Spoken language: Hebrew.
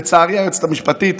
לצערי, היועצת המשפטית